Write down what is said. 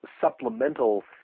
supplemental